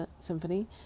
symphony